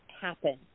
happen